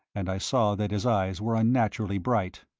and i saw that his eyes were unnaturally bright.